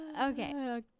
okay